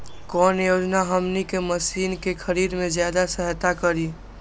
कौन योजना हमनी के मशीन के खरीद में ज्यादा सहायता करी?